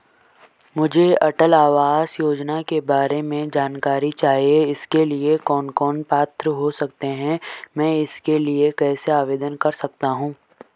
मुझे अटल आवास योजना के बारे में जानकारी चाहिए इसके लिए कौन कौन पात्र हो सकते हैं मैं इसके लिए कैसे आवेदन कर सकता हूँ?